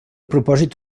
propòsit